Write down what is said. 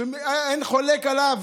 שאין חולק עליו,